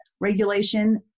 regulation